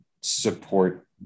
support